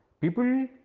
people